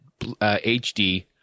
HD